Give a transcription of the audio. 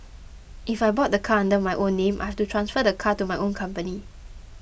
if I bought the car under my own name I have to transfer the car to my own company